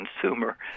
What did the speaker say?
consumer